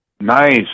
nice